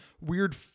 weird